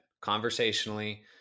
conversationally